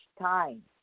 time